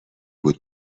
بود